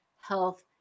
health